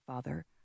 Father